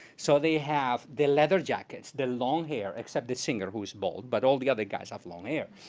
so they have the leather jackets, the long hair, except the singer who is bald, but all the other guys have long hair.